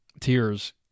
tears